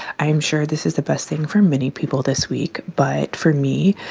i'm sure this is the best thing for many people this week. but for me,